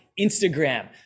Instagram